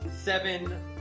Seven